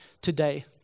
today